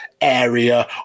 area